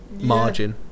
margin